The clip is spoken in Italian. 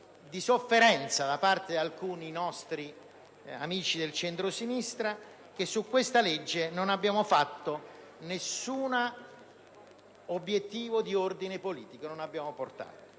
di sofferenza da parte di alcuni nostri amici del centrosinistra, su questa legge non abbiamo posto alcun obiettivo di ordine politico: riprenderò poi